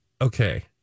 Okay